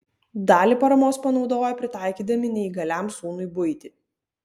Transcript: dalį paramos panaudojo pritaikydami neįgaliam sūnui buitį